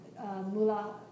mula